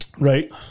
Right